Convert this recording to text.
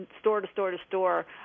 store-to-store-to-store